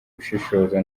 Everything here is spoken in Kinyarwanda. gushishoza